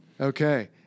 Okay